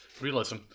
Realism